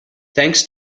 thanks